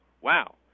wow